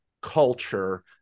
culture